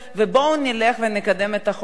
ובואו נלך ונקדם את החוק הזה.